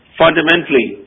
fundamentally